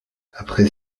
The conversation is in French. après